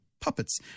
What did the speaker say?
puppets